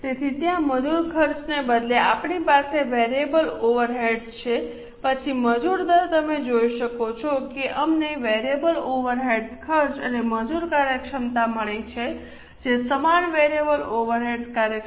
તેથી ત્યાં મજૂર ખર્ચને બદલે આપણી પાસે વેરીએબલ ઓવરહેડ્સ છે પછી મજૂર દર તમે જોઈ શકો છો કે અમને વેરીએબલ ઓવરહેડ ખર્ચ અને મજૂર કાર્યક્ષમતા મળી છે જે સમાન વેરિયેબલ ઓવરહેડ કાર્યક્ષમતા છે